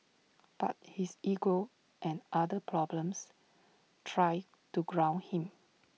but his ego and other problems try to ground him